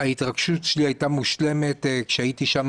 וההתרגשות שלי הייתה מושלמת כשהייתי שם